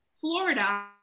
Florida